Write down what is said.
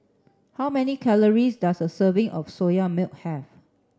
how many calories does a serving of Soya Milk have